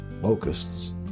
locusts